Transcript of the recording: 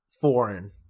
foreign